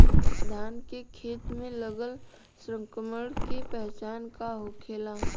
धान के खेत मे लगल संक्रमण के पहचान का होखेला?